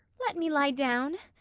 let me lie down.